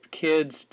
kids